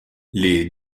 les